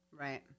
Right